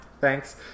Thanks